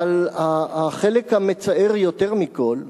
אבל החלק המצער יותר מכול,